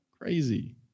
Crazy